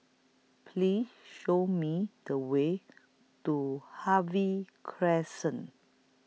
Please Show Me The Way to Harvey Crescent